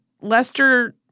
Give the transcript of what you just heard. Lester